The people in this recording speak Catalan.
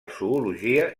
zoologia